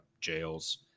jails